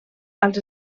als